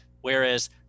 Whereas